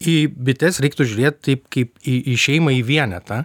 į bites reiktų žiūrėt taip kaip į į šeimą į vienetą